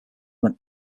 than